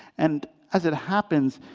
and as it happens,